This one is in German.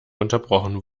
unterbrochen